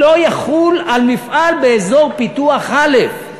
לא יחול על מפעל באזור פיתוח א',